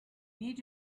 need